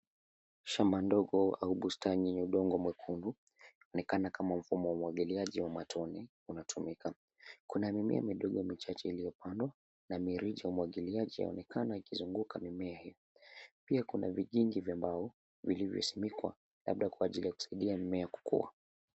Shamba ndogo au bustani ya udongo mwekundu inaonekana kama mfumo wa umwagiliaji wa matone unatumika. Kuna mimea midogo michache iliyopandwa na mirija ya umwagiliaji yaonekana ikizunguka mimea hiyo. Pia kuna vigingi vya mbao vilivyosimikwa labda kwa ajili ya kusaidia mimea kukua.